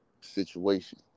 situation